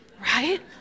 Right